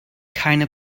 keine